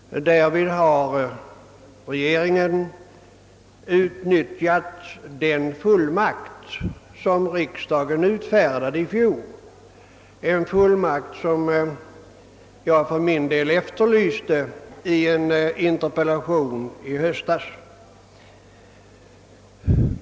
Därvid har regeringen utnyttjat den fullmakt som riksdagen utfärdade förra året, en fullmakt som jag för min del efterlyste i en interpellation i höstas.